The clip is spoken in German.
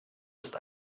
ist